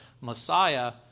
Messiah